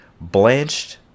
blanched